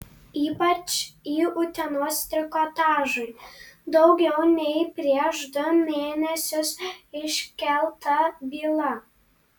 ypač į utenos trikotažui daugiau nei prieš du mėnesius iškeltą bylą